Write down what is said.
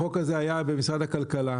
החוק הזה היה במשרד הכלכלה,